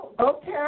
Okay